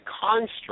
construct